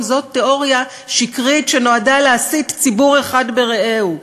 זאת תיאוריה שקרית שנועדה להסית ציבור אחד ברעהו.